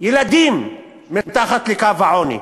ילדים מתחת לקו העוני.